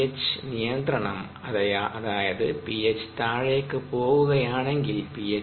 pH നിയന്ത്രണം അതായത് pH താഴേക്ക് പോകുകയാണെങ്കിൽ പി